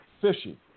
fishy